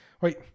Wait